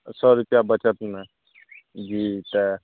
सओ रुपैआ बचतमे जी तऽ